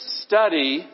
study